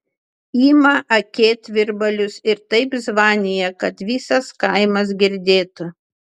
ima akėtvirbalius ir taip zvanija kad visas kaimas girdėtų